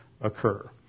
occur